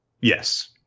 Yes